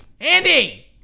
Andy